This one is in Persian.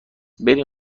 برین